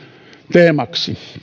teemaksi